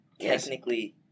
technically